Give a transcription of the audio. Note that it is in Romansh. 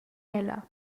ella